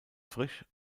frisch